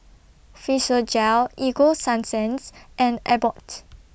Physiogel Ego Sunsense and Abbott